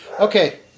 Okay